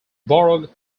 borough